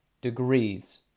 degrees